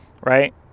right